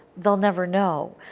they will never know.